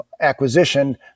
acquisition